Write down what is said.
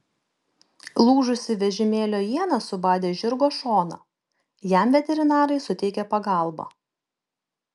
lūžusi vežimėlio iena subadė žirgo šoną jam veterinarai suteikė pagalbą